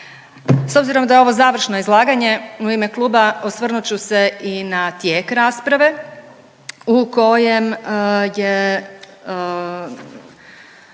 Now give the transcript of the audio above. S obzirom da je ovo završno izlaganje u ime kluba osvrnut ću se i na tijek rasprave u kojem je